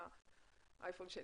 בטלפון שלי